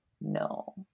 no